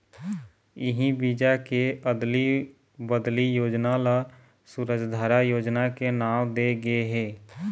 इही बीजा के अदली बदली योजना ल सूरजधारा योजना के नांव दे गे हे